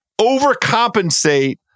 overcompensate